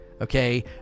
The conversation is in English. okay